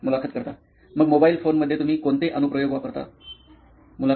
मुलाखत कर्ता मग मोबाईल फोन मध्ये तुम्ही कोणते अनुप्रयोग ऍप्लिकेशन वापरता